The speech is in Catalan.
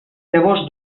llavors